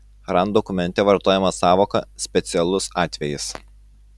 rand dokumente vartojama sąvoka specialus atvejis